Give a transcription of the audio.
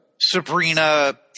Sabrina